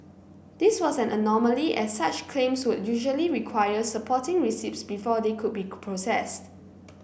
this was an anomaly as such claims would usually require supporting receipts before they could be processed